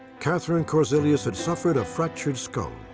katherine korzilius had suffered a fractured skull.